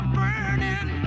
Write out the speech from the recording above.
burning